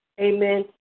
amen